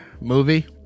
movie